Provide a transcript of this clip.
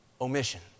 omission